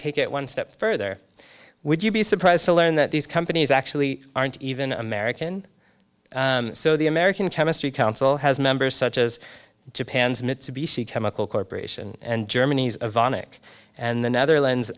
take it one step further would you be surprised to learn that these companies actually aren't even american so the american chemistry council has members such as japan's mitsubishi chemical corp and germany's of onic and the netherlands